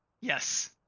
yes